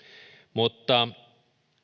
mutta